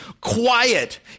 quiet